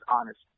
honest